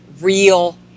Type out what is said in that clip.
real